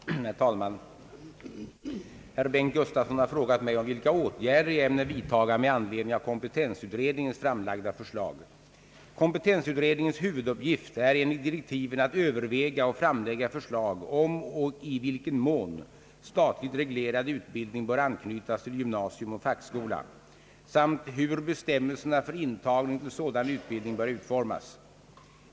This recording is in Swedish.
Herr talman! Herr Bengt Gustavsson har frågat mig om vilka åtgärder jag ämnar vidtaga med anledning av kompetensutredningens framlagda förslag. Kompetensutredningens huvuduppgift är enligt direktiven att överväga och framlägga förslag om och i vilken mån statligt reglerad utbildning bör anknytas till gymnasium och fackskola samt hur bestämmelserna för intagning till sådan utbildning bör utformas.